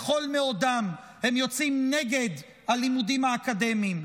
בכל מאודם הם יוצאים נגד הלימודים האקדמיים,